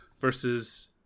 versus